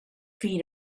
feet